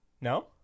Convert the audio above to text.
No